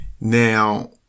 now